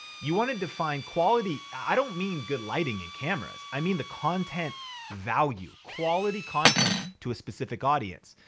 you wanna define quality. i don't mean good lighting and cameras. i mean the content value. quality content to a specific audience.